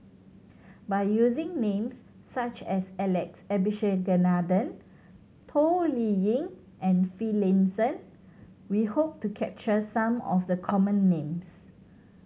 by using names such as Alex Abisheganaden Toh Liying and Finlayson we hope to capture some of the common names